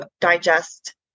digest